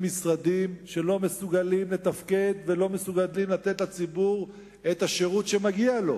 משרדים שלא מסוגלים לתפקד ולא מסוגלים לתת לציבור את השירות שמגיע לו,